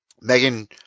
Megan